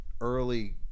early